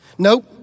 Nope